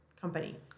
Company